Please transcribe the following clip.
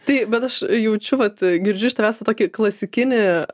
taip bet aš jaučiu vat girdžiu iš tavęs tą tokį klasikinį